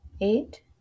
eight